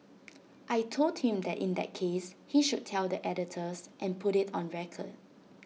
I Told him that in that case he should tell the editors and put IT on record